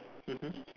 mmhmm